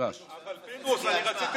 אז אני אצטט לה את המדרש.